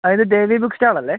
ആ ഇത് ദേവി ബുക്ക്സ്റ്റാളല്ലേ